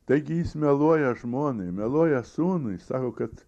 taigi jis meluoja žmonai meluoja sūnui sako kad